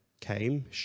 came